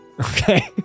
Okay